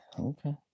okay